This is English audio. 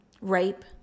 rape